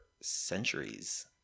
centuries